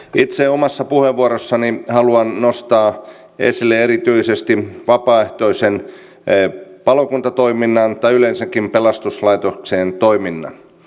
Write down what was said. itse omassa puheenvuorossani haluan nostaa esille erityisesti vapaaehtoisen palokuntatoiminnan tai yleensäkin pelastuslaitoksien toiminnan